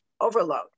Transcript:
overload